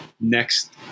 next